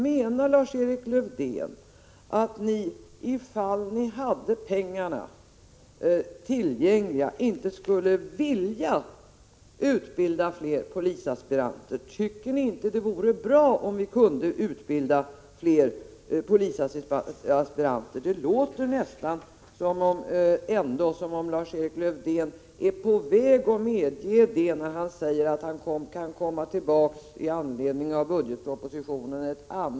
Menar han att ifall han hade pengarna tillgängliga skulle han inte vilja utbilda fler polisaspiranter? Tycker han inte att det vore bra ifall vi kunde utbilda fler? Det låter nästan som om Lars-Erik Löwdén är på väg att medge det när han säger att han ett framtida år kan tänka sig komma tillbaka till frågan i anledning av budgetpropositionen.